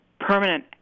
permanent